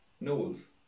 Knowles